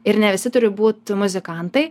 ir ne visi turi būt muzikantai